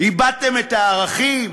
איבדתם את הערכים?